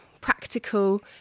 practical